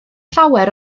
llawer